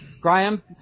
graham